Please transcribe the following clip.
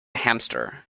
hamster